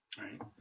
right